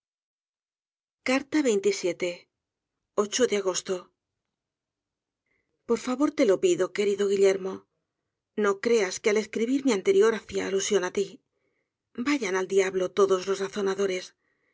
de agosto por favor te lo pido querido guillermo no creas que al escribir mi anterior hacia alusión á ti vayan al diablo todos los razonadores